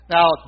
Now